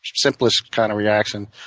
simplest kind of reaction.